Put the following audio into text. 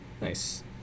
nice